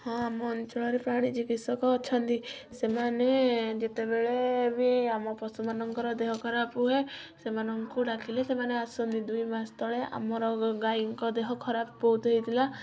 ହଁ ଆମ ଅଞ୍ଚଳରେ ପ୍ରାଣୀ ଚିକିତ୍ସକ ଅଛନ୍ତି ସେମାନେ ଯେତେବେଳେ ବି ଆମ ପଶୁମାନଙ୍କର ଦେହ ଖରାପ ହୁଏ ସେମାନଙ୍କୁ ଡାକିଲେ ସେମାନେ ଆସନ୍ତି ଦୁଇ ମାସ ତଳେ ଆମର ଗାଈଙ୍କ ଦେହ ଖରାପ ବହୁତ ହୋଇଥିଲା